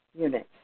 units